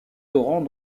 torrents